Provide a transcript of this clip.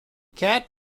cat